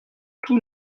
tous